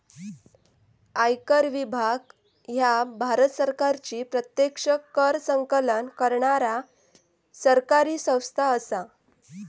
आयकर विभाग ह्या भारत सरकारची प्रत्यक्ष कर संकलन करणारा सरकारी संस्था असा